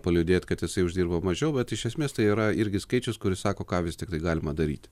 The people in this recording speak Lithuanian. paliūdėt kad jisai uždirba mažiau bet iš esmės tai yra irgi skaičius kuris sako ką vis tiktai galima daryti